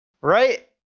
Right